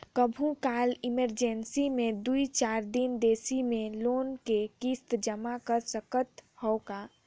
कभू काल इमरजेंसी मे दुई चार दिन देरी मे लोन के किस्त जमा कर सकत हवं का?